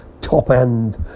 top-end